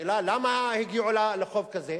השאלה היא, למה הגיעו לחוב כזה?